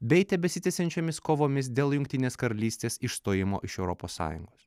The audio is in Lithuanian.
bei tebesitęsiančiomis kovomis dėl jungtinės karalystės išstojimo iš europos sąjungos